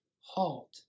Halt